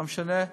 לא משנה.